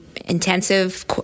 intensive